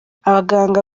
abaganga